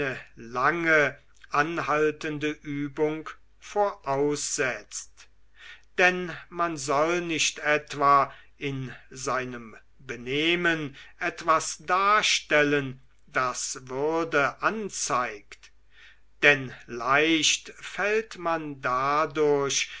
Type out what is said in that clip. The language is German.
lange anhaltende übung voraussetzt denn man soll nicht etwa in seinem benehmen etwas darstellen das würde anzeigt denn leicht fällt man dadurch